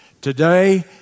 Today